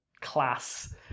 class